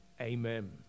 Amen